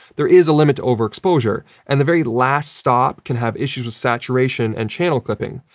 there is a limit to overexposure. and the very last stop can have issues with saturation and channel clipping,